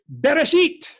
Bereshit